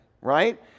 right